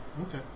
Okay